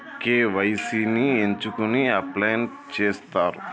KYC ని ఎందుకు update చేత్తరు?